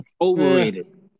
Overrated